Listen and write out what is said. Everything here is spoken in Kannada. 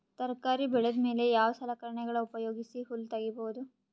ತರಕಾರಿ ಬೆಳದ ಮೇಲೆ ಯಾವ ಸಲಕರಣೆಗಳ ಉಪಯೋಗಿಸಿ ಹುಲ್ಲ ತಗಿಬಹುದು?